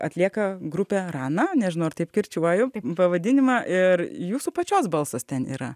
atlieka grupė rana nežinau ar taip kirčiuoju pavadinimą ir jūsų pačios balsas ten yra